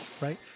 right